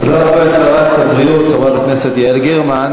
תודה רבה לשרת הבריאות חברת הכנסת יעל גרמן.